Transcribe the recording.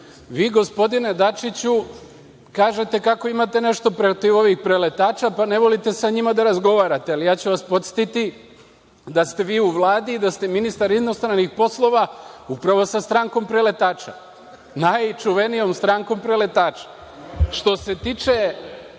Vi, gospodine Dačiću, kažete kako imate nešto protiv ovih preletača, pa ne volite sa njima da razgovarate, ali ja ću vas podsetiti da ste vi u Vladi, da ste ministar inostranih poslova upravo sa strankom preletača, najčuvenijom strankom preletača. Što se tiče